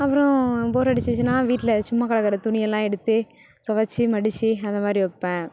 அப்புறோம் போர் அடிச்சுச்சுன்னா வீட்டில் சும்மா கிடக்குற துணியெல்லாம் எடுத்து துவச்சி மடித்து அந்தமாதிரி வைப்பேன்